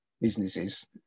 businesses